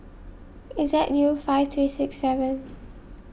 Z U five three six seven